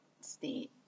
state